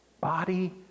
body